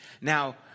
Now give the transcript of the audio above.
Now